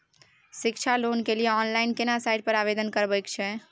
शिक्षा लोन के लिए ऑनलाइन केना साइट पर आवेदन करबैक छै?